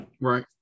Right